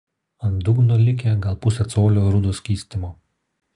ant dugno likę gal pusė colio rudo skystimo